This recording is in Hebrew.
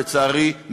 לצערי,